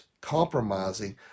compromising